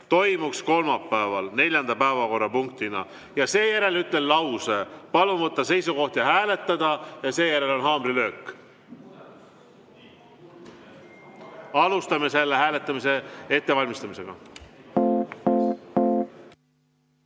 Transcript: toimuks kolmapäeval neljanda päevakorrapunktina. Ja seejärel ütlen lause, et palun võtta seisukoht ja hääletada. Ja seejärel on haamrilöök. Alustame selle hääletamise ettevalmistamist.